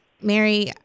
Mary